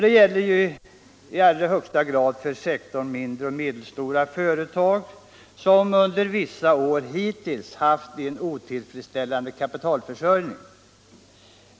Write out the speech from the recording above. Detta gäller i högsta grad för sektorn mindre och medelstora företag, som under vissa år hittills haft en otillfredsställande kapitalförsörjning.